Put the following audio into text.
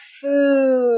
food